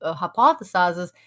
hypothesizes